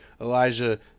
Elijah